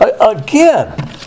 Again